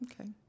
Okay